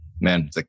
man